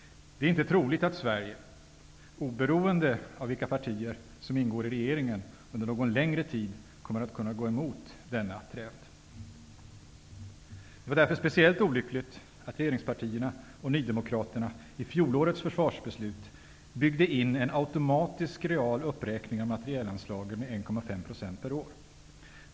Det är inte troligt att Sverige, oberoende av vilka partier som ingår i regeringen, under någon längre tid kommer att kunna gå emot denna trend. Det var därför speciellt olyckligt att regeringspartierna och Nydemokraterna i fjolårets försvarsbeslut byggde in en automatisk real uppräkning av materielanslagen med 1,5 % per år.